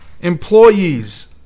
Employees